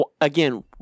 Again